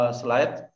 slide